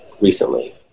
recently